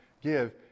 give